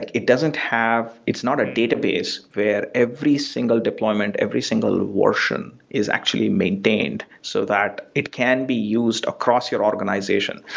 like it doesn't have it's not a database where every single deployment, every single version is actually maintained so that it can be used across your organization.